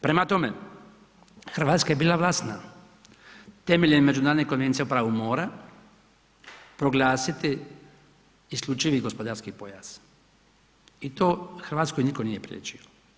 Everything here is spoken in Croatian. Prema tome, Hrvatska je bila ... temeljem Međunarodne konvencije o pravu mora proglasiti isključivi gospodarski pojas i to Hrvatskoj nitko nije priječio.